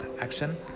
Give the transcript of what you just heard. action